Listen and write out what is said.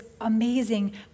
amazing